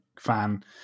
fan